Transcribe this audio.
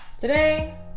Today